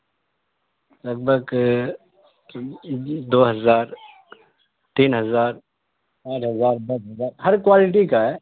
لگ بھگ دو ہزار تین ہزار آٹھ ہزار دس ہزار ہر کوالٹی کا ہے